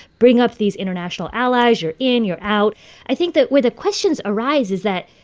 bring up these international allies. you're in you're out i think that where the questions arise is that,